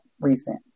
recent